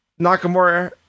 Nakamura